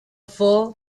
full